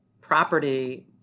property